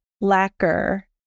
lacquer